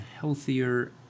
healthier